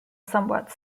somewhat